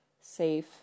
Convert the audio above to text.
safe